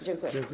Dziękuję.